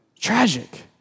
Tragic